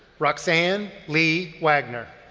roxanne lee wagner.